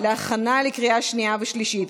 להכנה לקריאה שנייה ושלישית.